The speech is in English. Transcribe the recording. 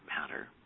matter